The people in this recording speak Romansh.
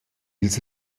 ils